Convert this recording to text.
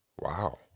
Wow